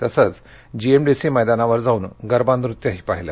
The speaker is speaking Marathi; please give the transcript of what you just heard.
तसंच जीएमडीसी मैदानावर जाऊन गरबा नृत्यही पाहिलं